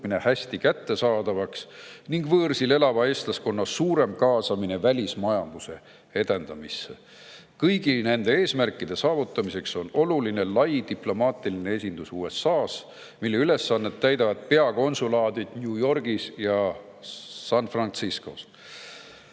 hästi kättesaadavaks ning võõrsil elava eestlaskonna suurem kaasamine välismajanduse edendamisse. Kõigi nende eesmärkide saavutamiseks on oluline lai diplomaatiline esindus USA‑s. Seda ülesannet täidavad peakonsulaadid New Yorgis ja San Franciscos.